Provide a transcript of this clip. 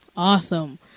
Awesome